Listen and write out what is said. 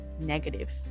negative